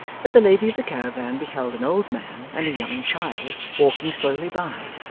that the lady of the caravan beheld an old man and a young child walking slowly by,